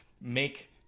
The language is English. make